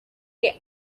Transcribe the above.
que